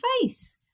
face